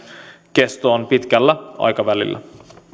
kestoon pitkällä aikavälillä